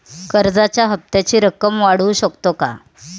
कर्जाच्या हप्त्याची रक्कम वाढवू शकतो का?